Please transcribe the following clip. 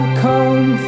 come